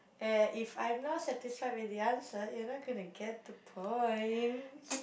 uh if I am not satisfied with the answer you are not gonna get the point